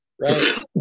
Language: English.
right